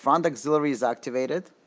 front auxiliary is activated